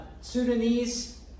Sudanese